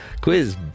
Quiz